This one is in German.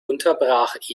unterbrach